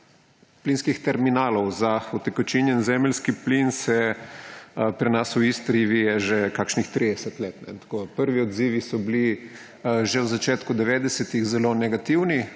plinskih terminalov za utekočinjeni zemeljski plin se pri nas v Istri vije že kakšnih 30 let. Prvi odzivi so bili že v začetku 90. zelo negativni,